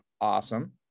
awesome